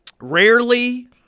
rarely